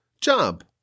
job